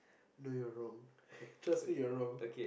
no you are wrong trust me you are wrong